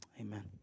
amen